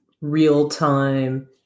real-time